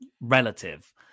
Relative